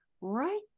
right